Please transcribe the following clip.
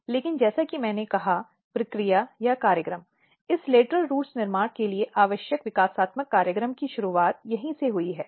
तो ये lateral roots हैं जो मैट्यूरेशॅन ज़ोन में आ रही हैं लेकिन जैसा कि मैंने कहा प्रक्रिया या कार्यक्रम इस लेटरल रूट्स निर्माण के लिए आवश्यक विकासात्मक कार्यक्रम की शुरुआत कहीं से हुई है